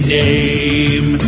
name